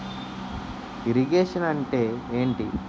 Irrigation అంటే ఏంటీ?